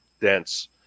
dense